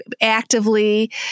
actively